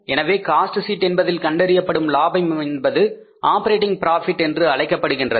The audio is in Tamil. எனவே காஸ்ட் ஷீட் என்பதில் கண்டறியப்படும் லாபம் என்பது ஆப்பரேட்டிங் ப்ராபிட் என்று அழைக்கப்படுகின்றது